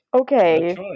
Okay